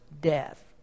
death